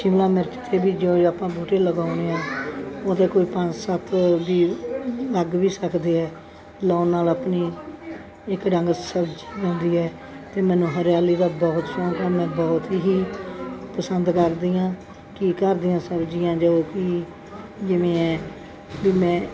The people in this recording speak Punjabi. ਸ਼ਿਮਲਾ ਮਿਰਚ ਅਤੇ ਵੀ ਜੋ ਜੋ ਆਪਾਂ ਬੂਟੇ ਲਗਾਉਂਦੇ ਹਾਂ ਉਹਦੇ ਕੋਈ ਪੰਜ ਸੱਤ ਵੀ ਲੱਗ ਵੀ ਸਕਦੇ ਹੈ ਲਾਉਣ ਨਾਲ ਆਪਣੀ ਇੱਕ ਡੰਗ ਸਬਜ਼ੀ ਬਣਦੀ ਹੈ ਅਤੇ ਮੈਨੂੰ ਹਰਿਆਲੀ ਦਾ ਬਹੁਤ ਸ਼ੌਕ ਹੈ ਮੈਂ ਬਹੁਤ ਹੀ ਪਸੰਦ ਕਰਦੀ ਹਾਂ ਕਿ ਘਰ ਦੀਆਂ ਸਬਜ਼ੀਆਂ ਜੋ ਕਿ ਜਿਵੇਂ ਹੈ ਵੀ ਮੈਂ